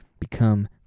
Become